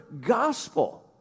gospel